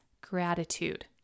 gratitude